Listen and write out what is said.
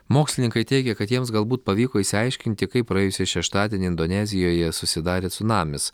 mokslininkai teigia kad jiems galbūt pavyko išsiaiškinti kaip praėjusį šeštadienį indonezijoje susidarė cunamis